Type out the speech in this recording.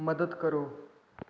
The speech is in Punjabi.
ਮਦਦ ਕਰੋ